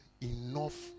enough